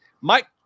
mike